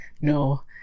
No